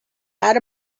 out